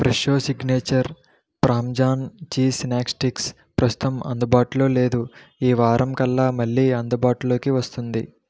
Fresho signature parmesan cheese snack sticks ప్రస్తుతం అందుబాటులో లేదు ఈ వారం కల్లా మళ్ళీ అందుబాటులోకి వస్తుంది